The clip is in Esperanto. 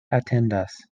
atendas